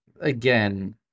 Again